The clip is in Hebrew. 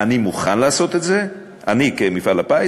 אני מוכן לעשות את זה, אני כמפעל הפיס.